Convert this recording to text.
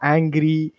Angry